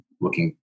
looking